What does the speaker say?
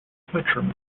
spectrum